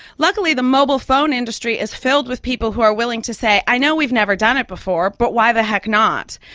luckily the mobile phone industry is filled with people who are willing to say i know we've never done it before, but why the heck not.